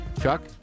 Chuck